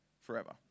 forever